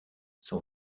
son